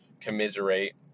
commiserate